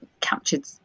captured